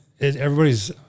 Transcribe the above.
everybody's